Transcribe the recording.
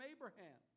Abraham